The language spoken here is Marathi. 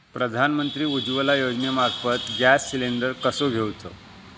प्रधानमंत्री उज्वला योजनेमार्फत गॅस सिलिंडर कसो घेऊचो?